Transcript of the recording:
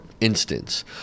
instance